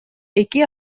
эки